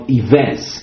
events